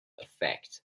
effect